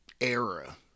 era